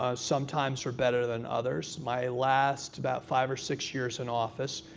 ah some times were better than others. my last about five or six years in office,